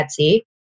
Etsy